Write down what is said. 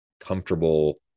comfortable